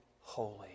holy